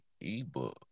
ebook